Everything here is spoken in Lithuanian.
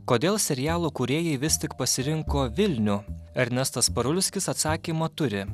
kodėl serialų kūrėjai vis tik pasirinko vilnių ernestas parulskis atsakymą turi